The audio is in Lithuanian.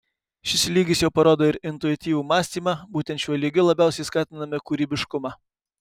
šis lygis jau parodo ir intuityvų mąstymą būtent šiuo lygiu labiausiai skatiname kūrybiškumą